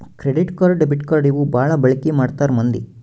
credit card debit card ಇವು ಬಾಳ ಬಳಿಕಿ ಮಾಡ್ತಾರ ಮಂದಿ